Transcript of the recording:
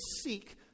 seek